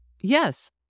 Yes